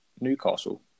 Newcastle